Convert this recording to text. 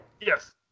Yes